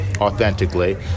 authentically